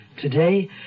Today